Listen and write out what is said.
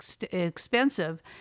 expensive